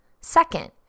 Second